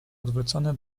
odwrócony